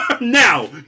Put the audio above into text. Now